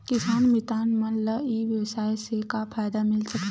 किसान मितान मन ला ई व्यवसाय से का फ़ायदा मिल सकथे?